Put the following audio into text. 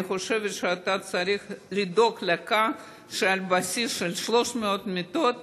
אני חושבת שאתה צריך לדאוג לכך שעל בסיס של 300 מיטות,